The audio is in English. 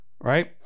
right